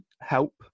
help